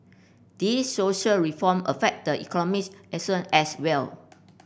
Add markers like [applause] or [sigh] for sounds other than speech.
these social reform affect the economics [unintelligible] as well